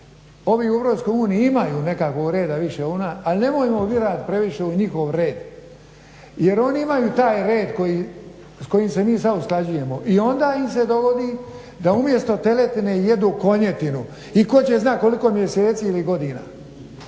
ovi u EU imaju nekakvog reda više od nas, ali nemojmo dirat previše u njihov red jer oni imaju taj red s kojim se mi sad usklađujemo i onda im se dogodi da umjesto teletine jedu konjetinu i tko će znat koliko mjeseci i godina.